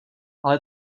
ale